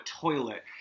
toilet